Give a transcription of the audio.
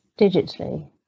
digitally